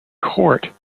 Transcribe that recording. court